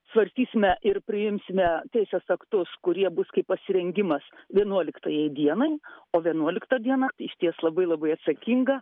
svarstysime ir priimsime teisės aktus kurie bus kaip pasirengimas vienuoliktajai dienai o vienuolikta diena išties labai labai atsakinga